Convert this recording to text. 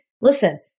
listen